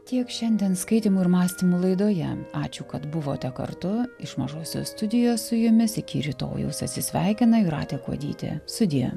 tiek šiandien skaitymų ir mąstymų laidoje ačiū kad buvote kartu iš mažosios studijos su jumis iki rytojaus atsisveikina jūratė kuodytė sudie